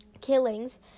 killings